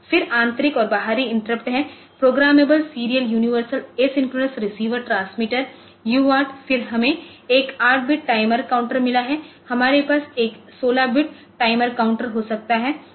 फिर आंतरिक और बाहरी इंटरप्ट है programmable serial universal asynchronous receiver transmitter UART फिर हमें एक 8 बिट टाइमर काउंटर मिला है हमारे पास एक 16 बिट टाइमर काउंटर हो सकता है